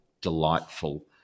delightful